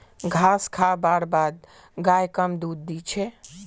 घास खा बार बाद गाय कम दूध दी छे